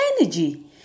energy